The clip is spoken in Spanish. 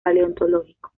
paleontológico